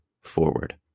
forward